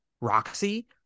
roxy